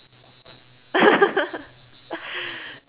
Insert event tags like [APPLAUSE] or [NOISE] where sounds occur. [LAUGHS]